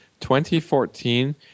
2014